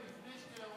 לפני שאתה יורד,